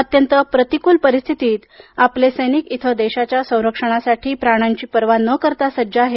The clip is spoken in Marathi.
अत्यंत प्रतिकूल परिस्थितीत आपले सैनिक इथं देशाच्या संरक्षणासाठी प्राणांची पर्वा न करता सज्ज आहेत